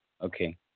Okay